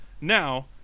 now